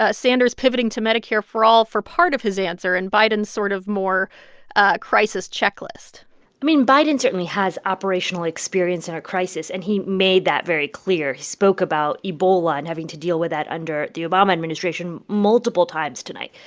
ah sanders pivoting to medicare for all for part of his answer and biden's sort of more ah crisis checklist i mean, biden certainly has operational experience in a crisis, and he made that very clear. he spoke about ebola and having to deal with that under the obama administration multiple times tonight.